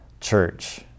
church